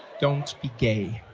don't be gay.